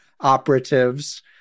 operatives